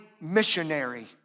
missionary